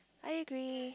I agree